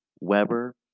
Weber